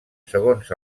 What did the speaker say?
segons